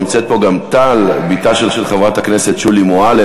נמצאת פה גם טל, בתה של חברת הכנסת שולי מועלם.